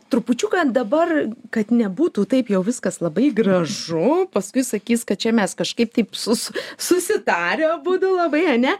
trupučiuką dabar kad nebūtų taip jau viskas labai gražu paskui sakys kad čia mes kažkaip taip su susitarę abudu labai ane